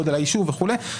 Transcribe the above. גודל היישוב וכו'.